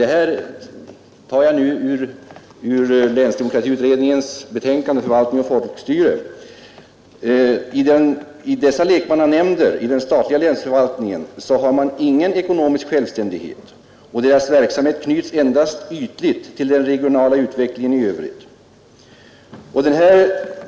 Detta tar jag ur länsdemokratiutredningens betänkande Förvaltning och folkstyre. Dessa lekmannanämnder i den statliga länsförvaltningen har ingen ekonomisk självständighet, och deras verksamhet knyts endast ytligt till den regionala utvecklingen i övrigt.